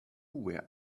were